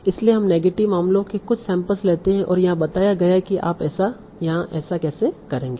इसलिए हम नेगेटिव मामलों के कुछ सैंपल लेते हैं और यहां बताया गया है कि आप ऐसा कैसे करेंगे